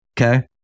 okay